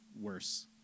worse